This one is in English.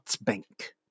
Bank